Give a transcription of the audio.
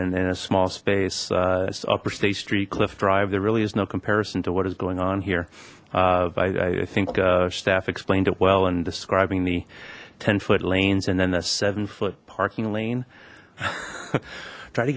d in a small space it's the upper state street cliff drive there really is no comparison to what is going on here i think staff explained it well and describing the ten foot lanes and then the seven foot parking lane try to